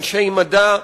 אנשי מדע,